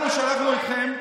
אנחנו שלחנו אתכם,